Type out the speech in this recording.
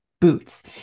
Boots